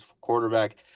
quarterback